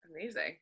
Amazing